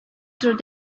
through